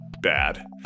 bad